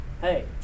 Hey